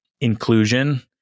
inclusion